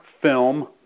film